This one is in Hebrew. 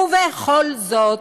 ובכל זאת